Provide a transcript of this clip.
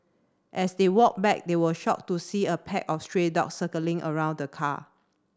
as they walked back they were shocked to see a pack of stray dogs circling around the car